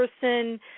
person